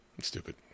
Stupid